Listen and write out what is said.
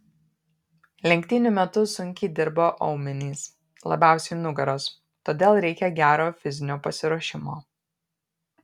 lenktynių metu sunkiai dirba aumenys labiausiai nugaros todėl reikia gero fizinio pasiruošimo